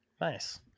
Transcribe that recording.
Nice